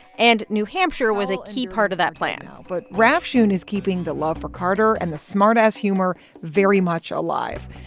and new hampshire was a key part of that plan but rafshoon is keeping the love for carter and the smartass humor very much alive.